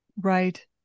Right